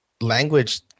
language